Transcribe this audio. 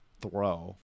throw